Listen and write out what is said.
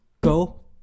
go